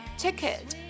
ticket